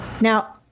Now